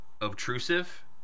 obtrusive